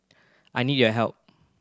I need your help